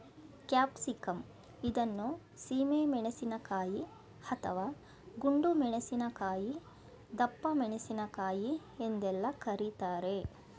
capsicum ಇದನ್ನು ಸೀಮೆ ಮೆಣಸಿನಕಾಯಿ, ಅಥವಾ ಗುಂಡು ಮೆಣಸಿನಕಾಯಿ, ದಪ್ಪಮೆಣಸಿನಕಾಯಿ ಎಂದೆಲ್ಲ ಕರಿತಾರೆ